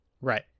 right